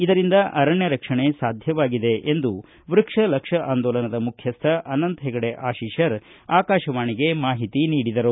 ಇದರಿಂದ ಅರಣ್ಯ ರಕ್ಷಣೆ ಸಾಧ್ಯವಾಗಿದೆ ಎಂದು ವ್ಯಕ್ಷ ಲಕ್ಷ ಅಂದೋಲನದ ಮುಖ್ಯಸ್ಥ ಅನಟತ ಹೆಗಡೆ ಆಶೀಷರ ಆಕಾಶವಾಣಿಗೆ ಮಾಹಿತಿ ನೀಡಿದರು